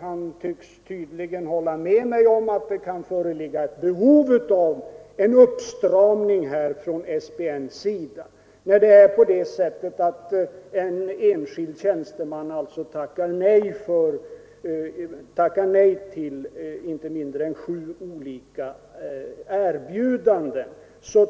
Han tycks hålla med mig om att det kan föreligga behov av en uppstramning från SPN:s sida. När en enskild tjänsteman tackar nej till inte mindre än sju olika erbjudanden